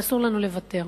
אבל אסור לנו לוותר.